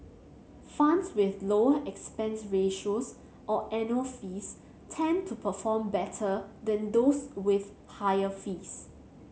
funds with lower expense ratios or annual fees tend to perform better than those with higher fees